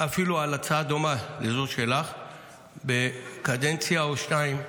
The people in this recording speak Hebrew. אפילו על הצעה דומה לזו שלך בקדנציה או שתיים קודמות,